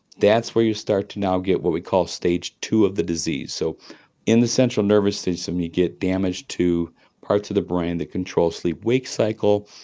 that's where you start to now get what we call stage two of the disease. so in the central nervous system you get damage to parts of the brain that control sleep-wake cycle,